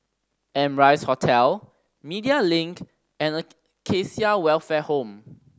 Amrise Hotel Media Link and Acacia Welfare Home